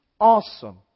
awesome